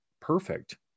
perfect